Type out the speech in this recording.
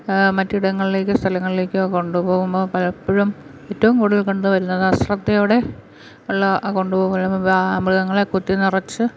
മറ്റ് ഇടങ്ങളിലേക്കും സ്ഥലങ്ങളിലേക്കും കൊണ്ട് പോവുമ്പം പലപ്പോഴും ഏറ്റവും കൂടുതൽ കണ്ട് വരുന്നത് അശ്രദ്ധയോടെ ഉള്ള കൊണ്ടുപോകുമ്പോഴും മൃഗങ്ങളെ കുത്തി നിറച്ച്